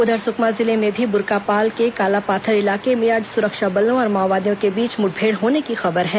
उधर सुकमा जिले में भी बुरकापाल के कालापाथर इलाके में आज सुरक्षा बलों और माओवादियों के बीच मुठभेड़ होने की खबर है